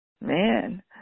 man